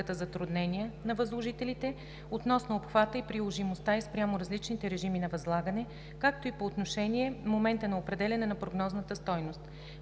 практиката затруднения на възложителите относно обхвата и приложимостта ѝ спрямо различните режими на възлагане, както и по отношение момента на определяне на прогнозната стойност.